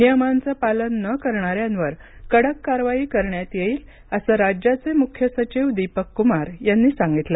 नियमांचं पालन न करणाऱ्यांवर कडक कारवाई करण्यात येईल असं राज्याचे मुख्य सचिव दीपक कुमार यांनी सांगितलं